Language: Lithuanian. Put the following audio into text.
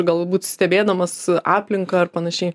galbūt stebėdamas aplinką ar panašiai